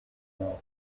more